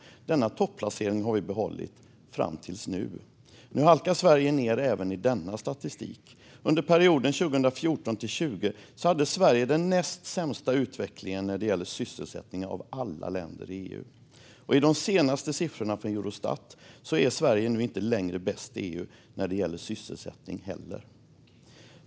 Denna topplacering har vi behållit fram till nu. Nu halkar Sverige ned även i denna statistik. Under perioden 2014-2020 hade Sverige den näst sämsta utvecklingen när det gäller sysselsättning av alla länder i EU. Och i de senaste siffrorna från Eurostat är Sverige inte längre bäst i EU när det gäller sysselsättning heller.